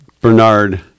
Bernard